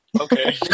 Okay